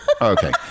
Okay